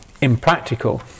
impractical